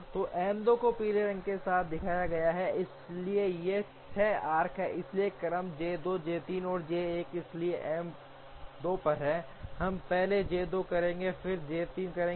तो M 2 को पीले रंग के साथ दिखाया गया है इसलिए ये 6 आर्क्स हैं इसलिए क्रम J 2 J 3 और J 1 इसलिए M 2 पर हम पहले J 2 करेंगे फिर हम J 3 करेंगे